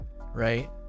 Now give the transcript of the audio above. right